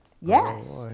Yes